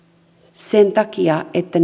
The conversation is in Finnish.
sen takia että